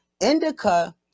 Indica